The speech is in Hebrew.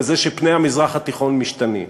וזה שפני המזרח התיכון משתנים.